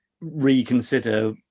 reconsider